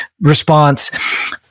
response